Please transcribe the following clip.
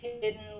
hidden